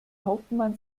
hauptmann